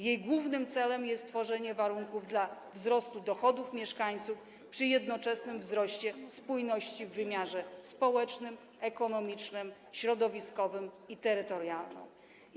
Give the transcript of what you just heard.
Jej głównym celem jest tworzenie warunków dla wzrostu dochodów mieszkańców przy jednoczesnym wzroście spójności w wymiarze społecznym, ekonomicznym, środowiskowym i terytorialnym.